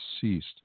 ceased